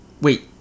wait